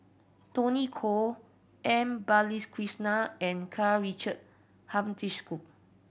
Tony Khoo M Balakrishnan and Karl Richard